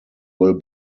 will